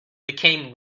became